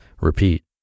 repeat